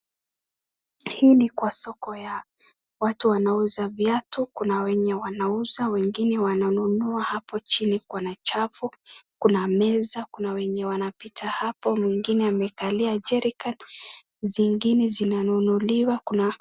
Hii ni kwa soko ya watu wanauza viatu kuna wenye wanauza ,wengine wananua kwenye uchafu. Kuna meza ,kuna wenye wanapita hapo, mwingine amekalia jerican zingine zinanunulia kuna.